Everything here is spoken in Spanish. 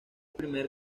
primer